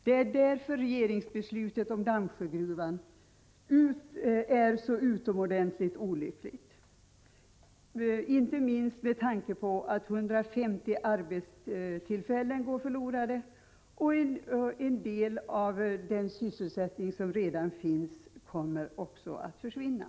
Det är därför regeringsbeslutet om Dammsjögruvan är så utomordentligt olyckligt, inte minst med tanke på att 150 arbetstillfällen går förlorade och att en del av den Övriga sysselsättning som redan finns också kommer att försvinna.